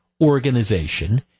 organization